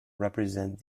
represent